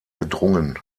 gedrungen